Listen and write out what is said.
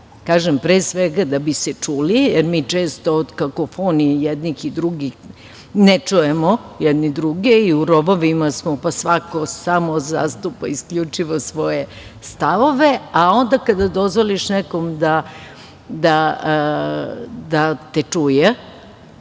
Kažem, pre svega, da bi ste čuli, jer mi često od kakofonije i jednih i drugih ne čujemo jedni druge i u rovovima smo, pa svako samo zastupa isključivo svoje stavove, a onda kada dozvoliš nekome da te čuje